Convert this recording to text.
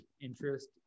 interest